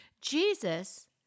Jesus